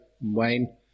Wayne